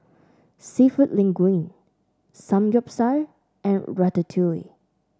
seafood Linguine Samgyeopsal and Ratatouille